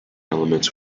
elements